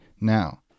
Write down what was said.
Now